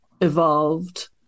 evolved